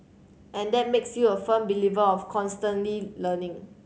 and that makes you a firm believer of constantly learning